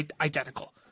identical